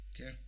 Okay